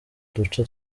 duce